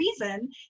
reason